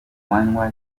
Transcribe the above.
manywa